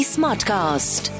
Smartcast